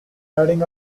adding